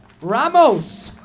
Ramos